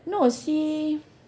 no si